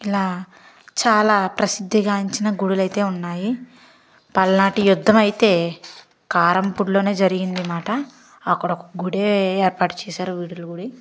ఇలా చాలా ప్రసిద్ధి గాంచిన గుడులైతే ఉన్నాయి పల్నాటి యుద్ధమైతే కారంపూడిలోనే జరిగింది మాట అక్కడొక గుడి ఏర్పాటు చేశారు వీరుడి గుడి